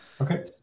Okay